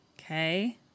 Okay